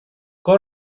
con